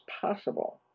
possible